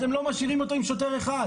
אתם לא משאירים אותו עם שוטר אחד.